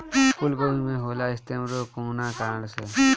फूलगोभी में होला स्टेम रोग कौना कारण से?